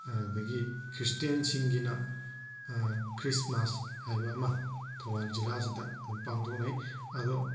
ꯑꯗꯨꯗꯒꯤ ꯈ꯭ꯔꯤꯁꯇꯦꯟꯁꯤꯡꯒꯤꯅ ꯈ꯭ꯔꯤꯁꯃꯥꯁ ꯍꯥꯏꯕ ꯑꯃ ꯊꯧꯕꯥꯟ ꯖꯤꯜꯂꯥꯁꯤꯗ ꯑꯗꯨꯝ ꯄꯥꯡꯊꯣꯛꯅꯩ ꯑꯗꯣ